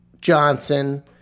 Johnson